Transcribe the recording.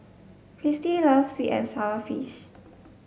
Christie loves sweet and sour fish